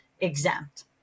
exempt